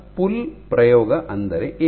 ಈಗ ಪುಲ್ ಪ್ರಯೋಗ ಅಂದರೆ ಏನು